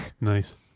Nice